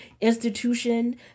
institution